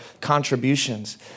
contributions